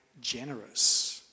generous